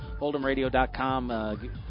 Hold'emRadio.com